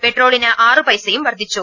petro ളിന് ആറു പൈസയും വർദ്ധിച്ചു